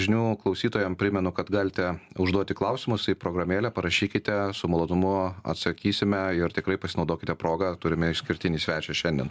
žinių klausytojam primenu kad galite užduoti klausimus į programėlę parašykite su malonumu atsakysime ir tikrai pasinaudokite proga turime išskirtinį svečią šiandien